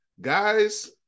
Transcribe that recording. guys